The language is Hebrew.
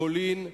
פולין,